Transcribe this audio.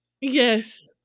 Yes